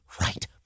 Right